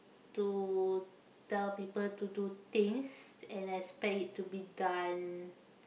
to tell people to do things and I expect it to be done